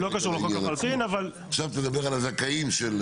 עכשיו תדבר על הזכאים,